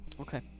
Okay